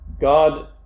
God